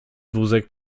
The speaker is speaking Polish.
wózek